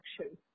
action